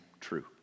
true